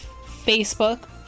Facebook